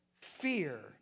fear